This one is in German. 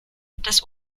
das